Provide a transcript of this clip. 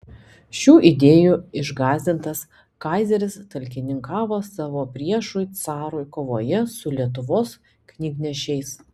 šių idėjų išgąsdintas kaizeris talkininkavo savo priešui carui kovoje su lietuvos knygnešiais